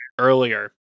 earlier